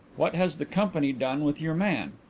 what has the company done with your man?